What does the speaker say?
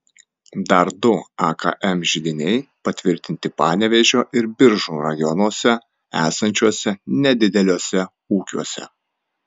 dar du akm židiniai patvirtinti panevėžio ir biržų rajonuose esančiuose nedideliuose ūkiuose